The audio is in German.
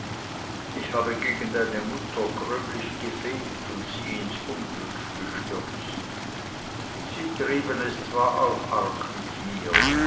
ich habe gegen deine mutter gröblich gefehlt und sie ins unglück gestürzt sie trieben es zwar auch arg mit mir